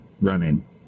running